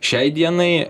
šiai dienai